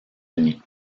unis